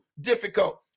difficult